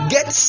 Get